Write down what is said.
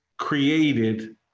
created